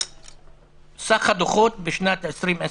סך הדוחות בשנת 2020